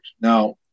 Now